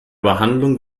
behandlung